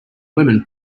women